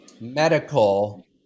medical